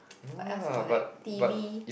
what else to collect t_v